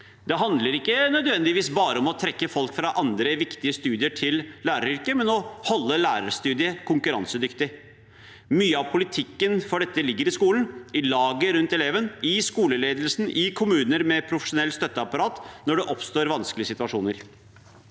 Det handler ikke nødvendigvis bare om å trekke folk fra andre viktige studier til læreryrket, men om å holde lærerstudiet konkurransedyktig. Mye av politikken for dette ligger i skolen, i laget rundt eleven, i skoleledelsen, i kommuner med profesjonelt støtteapparat når det oppstår vanskelige situasjoner.